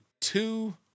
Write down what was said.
two